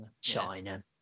China